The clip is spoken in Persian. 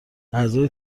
اعضای